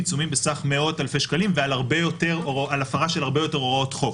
עיצומים בסך מאות אלפי שקלים ועל הפרה של הרבה יותר הוראות חוק.